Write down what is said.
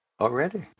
already